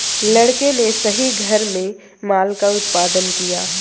लड़के ने सही घर में माल का उत्पादन किया